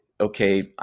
okay